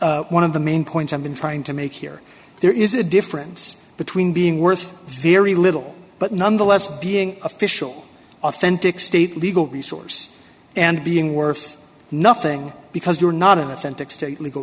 s one of the main points i've been trying to make here there is a difference between being worth very little but nonetheless being official authentic state legal resource and being worth nothing because you're not an authentic state legal